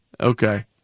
Okay